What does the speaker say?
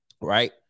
right